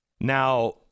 now